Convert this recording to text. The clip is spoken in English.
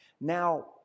Now